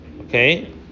Okay